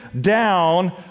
down